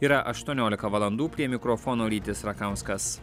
yra aštuoniolika valandų prie mikrofono rytis rakauskas